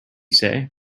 say